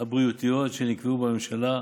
הבריאותיות שנקבעו בממשלה,